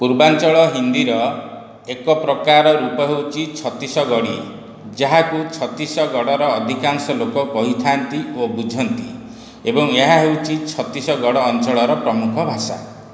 ପୂର୍ବାଞ୍ଚଳ ହିନ୍ଦୀର ଏକ ପ୍ରକାର ରୂପ ହେଉଛି ଛତିଶଗଡ଼ି ଯାହାକୁ ଛତିଶଗଡ଼ର ଅଧିକାଂଶ ଲୋକ କହିଥାନ୍ତି ଓ ବୁଝନ୍ତି ଏବଂ ଏହା ହେଉଛି ଛତିଶଗଡ଼ ଅଞ୍ଚଳର ପ୍ରମୁଖ ଭାଷା